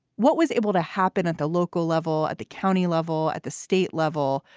what was able to happen at the local level, at the county level, at the state level?